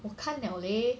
我看 liao leh